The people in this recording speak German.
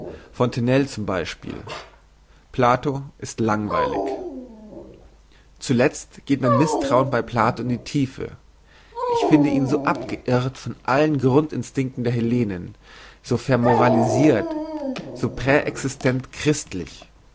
fontenelle zum beispiel plato ist langweilig zuletzt geht mein misstrauen bei plato in die tiefe ich finde ihn so abgeirrt von allen grundinstinkten der hellenen so vermoralisirt